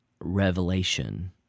revelation